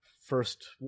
first